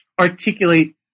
articulate